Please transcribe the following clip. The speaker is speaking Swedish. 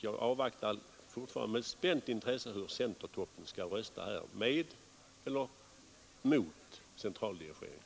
Jag avvaktar fortfarande med spänt intresse hur centertoppen skall rösta — med eller mot centraldirigering.